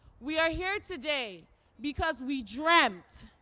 we are here today because we dreamt,